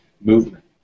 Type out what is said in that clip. movement